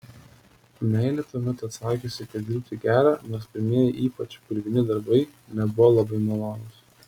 meilė tuomet atsakiusi kad dirbti gera nors pirmieji ypač purvini darbai nebuvo labai malonūs